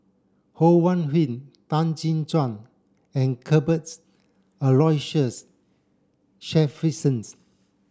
Ho Wan Hui Tan Jin Chuan and Cuthbert Aloysius Shepherdson